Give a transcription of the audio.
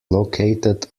located